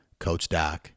CoachDoc